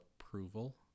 approval